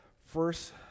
first